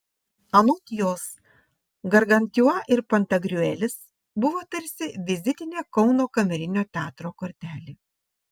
anot jos gargantiua ir pantagriuelis buvo tarsi vizitinė kauno kamerinio teatro kortelė